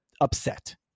upset